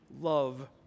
love